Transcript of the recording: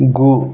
गु